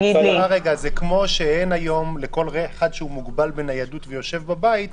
זה כמו שאין היום לכל אחד שמוגבל בניידות ויושב בבית,